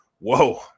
Whoa